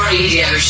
Radio